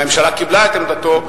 הממשלה קיבלה את עמדתו,